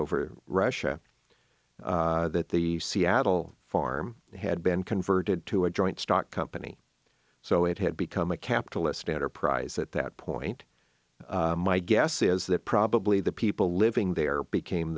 over russia that the seattle farm had been converted to a joint stock company so it had become a capitalist enterprise at that point my guess is that probably the people living there became